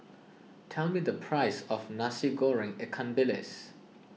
tell me the price of Nasi Goreng Ikan Bilis